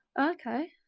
Okay